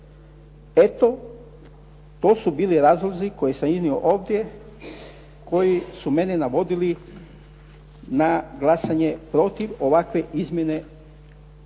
Eto, to su bili razlozi koje sam iznio ovdje, koji su mene navodili na glasanje protiv ovakve izmjene